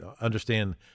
understand